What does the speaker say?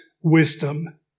wisdom